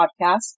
podcast